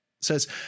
says